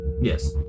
Yes